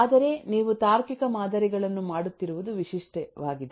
ಆದರೆ ನೀವು ತಾರ್ಕಿಕ ಮಾದರಿಗಳನ್ನು ಮಾಡುತ್ತಿರುವುದು ವಿಶಿಷ್ಟವಾಗಿದೆ